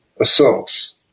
assaults